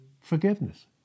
forgiveness